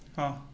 ஆ